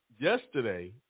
yesterday